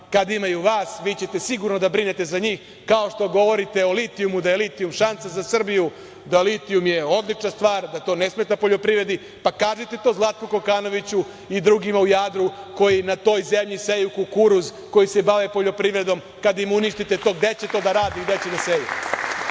kada imaju vas koji ćete sigurno da brinete za njih, kao što govorite o litijumu da je litijum šansa za Srbiju, da je litijum odlična stvar, da to ne smeta poljoprivredi. Pa, kažite to Zlatku Kokanoviću i drugima u Jadru koji na toj zemlji seju kukuruz, koji se bave poljoprivrednom kada im uništite to, gde će to da rade i gde će to da seju.E,